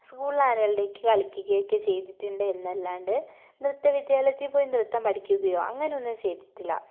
സ്കൂളിൽ ആന്വൽ ഡേയ്ക്ക് കളിക്കുകയൊക്കെ ചെയ്തിട്ടുണ്ട് എന്നലാണ്ട് നൃത്ത വിദ്യാലയത്തിൽ പോയി നൃത്തം പഠിക്കുകയോ അങ്ങനെയൊന്നും ചെയ്തിട്ടില്ല